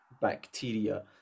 bacteria